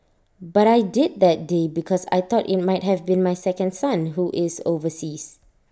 but I did that day because I thought IT might have been my second son who is overseas